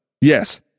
Yes